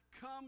come